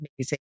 amazing